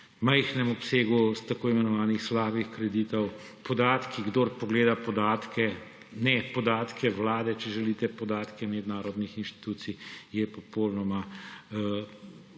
majhnem obsegu tako imenovanih slabih kreditov. Podatki, kdor pogleda podatke, ne podatke Vlade, če želite podatke mednarodnih inštitucij, lahko